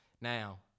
Now